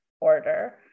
order